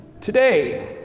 today